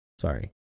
Sorry